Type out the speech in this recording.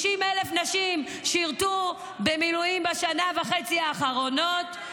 60,000 נשים שירתו במילואים בשנה וחצי האחרונות.